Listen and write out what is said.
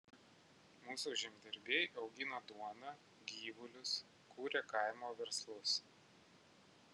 mūsų žemdirbiai augina duoną gyvulius kuria kaimo verslus